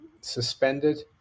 suspended